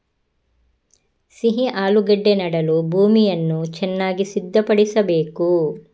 ಸಿಹಿ ಆಲೂಗೆಡ್ಡೆ ನೆಡಲು ಭೂಮಿಯನ್ನು ಚೆನ್ನಾಗಿ ಸಿದ್ಧಪಡಿಸಬೇಕು